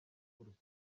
urupfu